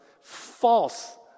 false